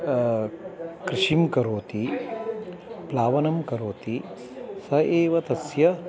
कृषिं करोति प्लावनं करोति स एव तस्य